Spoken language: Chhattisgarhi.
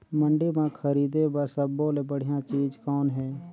मंडी म खरीदे बर सब्बो ले बढ़िया चीज़ कौन हे?